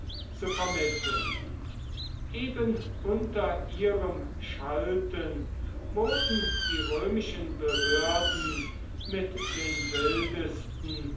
zu vermitteln eben unter ihrem schalten wurden die römischen behörden mit den wildesten